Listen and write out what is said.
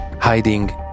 hiding